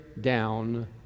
down